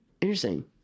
Interesting